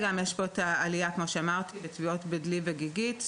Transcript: כפי שכבר ציינתי, יש עלייה בטביעות בדלי וגיגית.